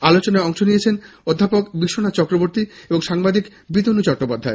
আলোচনায় অংশ নিয়েছেন অধ্যাপক বিশ্বনাখ চক্রবর্তী এবং সাংবাদিক বিতনু চট্টোপাধ্যায়